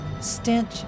stench